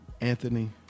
anthony